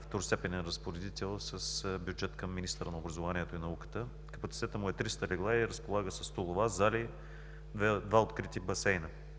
второстепенен разпоредител с бюджет към министъра на образованието и науката. Капацитетът му е 300 легла и разполага със столова, зали, два открити басейна.